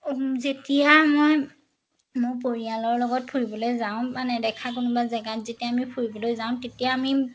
যেতিয়া মই মোৰ পৰিয়ালৰ লগত ফুৰিবলৈ যাওঁ বা নেদেখা কোনোবা জেগাত যেতিয়া আমি ফুৰিবলৈ যাওঁ তেতিয়া আমি